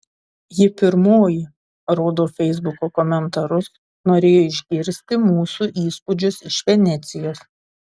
ji pirmoji rodau feisbuko komentarus norėjo išgirsti mūsų įspūdžius iš venecijos